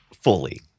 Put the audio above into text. fully